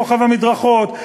רוחב המדרכות,